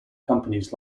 companies